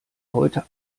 heute